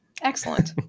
Excellent